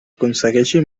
aconsegueixi